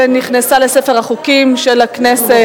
ונכנס לספר החוקים של הכנסת.